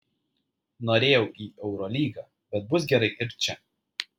norėjau į eurolygą bet bus gerai ir čia